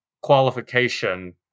qualification